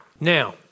Now